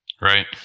Right